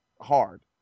hard